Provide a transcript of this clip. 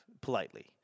politely